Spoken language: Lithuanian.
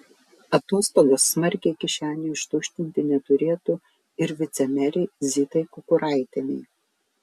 atostogos smarkiai kišenių ištuštinti neturėtų ir vicemerei zitai kukuraitienei